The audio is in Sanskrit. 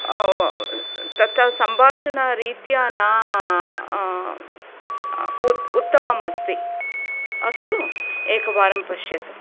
तत्र सम्भाषणरीत्या न उत्त् उत्तमम् अस्ति अस्तु एकवारं पश्यतु